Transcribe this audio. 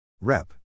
Rep